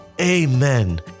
Amen